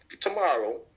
tomorrow